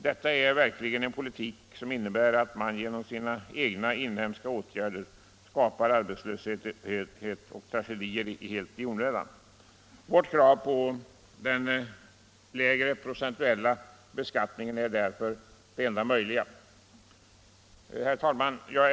Detta är verkligen en politik som innebär att man genom sina egna inhemska åtgärder skapar arbetslöshet och tragedier helt i onödan. Vårt krav på den lägre procentuella beskattningen är därför det enda möjliga. Herr talman!